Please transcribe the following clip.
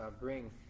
bring